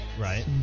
right